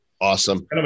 Awesome